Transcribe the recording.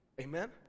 Amen